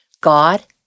God